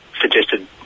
suggested